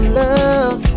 love